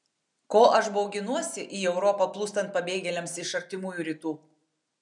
ko aš bauginuosi į europą plūstant pabėgėliams iš artimųjų rytų